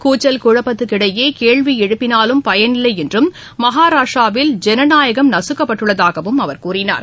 கூச்சல் குழப்பத்துக்கிடையே கேள்வி எழுப்பினாலும் பயனில்லை என்றும் மகாராஷ்டிராவில் ஜனநாயகம் நசுக்கப்பட்டுள்ளதாகவும் அவர் கூறினார்